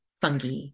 fungi